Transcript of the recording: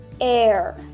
air